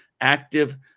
active